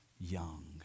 young